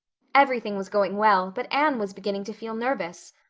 everything was going well but anne was beginning to feel nervous.